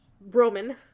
Roman